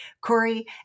Corey